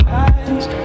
eyes